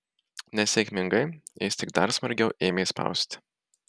nesėkmingai jis tik dar smarkiau ėmė spausti